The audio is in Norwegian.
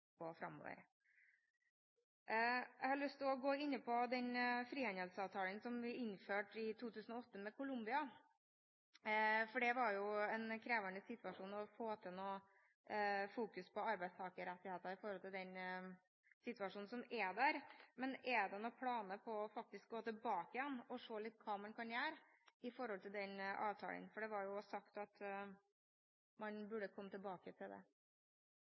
Jeg har også lyst til å gå inn på den frihandelsavtalen som ble innført i 2008 med Colombia, for her var det en krevende situasjon å få til et fokus på arbeidstakerrettighetene på grunn av den situasjonen som er der. Er det noen planer om faktisk å gå tilbake og se litt på hva man kan gjøre med den avtalen? For det ble jo også sagt at man burde komme tilbake til det.